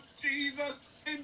Jesus